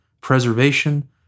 preservation